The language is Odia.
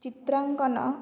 ଚିତ୍ରାଙ୍କନ